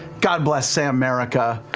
god bless sam-merica.